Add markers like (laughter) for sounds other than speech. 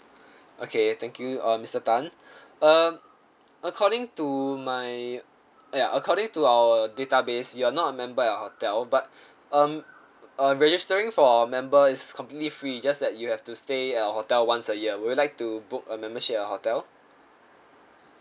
okay thank you uh mister tan (breath) uh according to my ya according to our database you are not a member at our hotel but um uh registering for a member is completely free just that you have to stay at our hotel once a year would you like to book a membership at our hotel